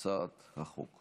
חבר הכנסת בוסו, נגד,